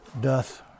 doth